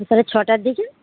তাহলে ছটার দিকে